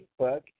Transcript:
Facebook